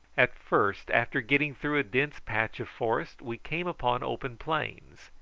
at first, after getting through a dense patch of forest, we came upon open plains,